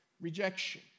rejection